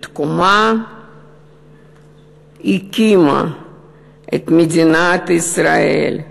והוקמה מדינת ישראל,